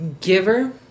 giver